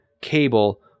cable